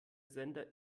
sender